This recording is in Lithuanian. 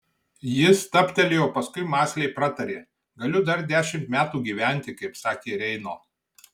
ji stabtelėjo paskui mąsliai pratarė galiu dar dešimt metų gyventi kaip sakė reino